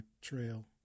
trail